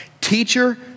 Teacher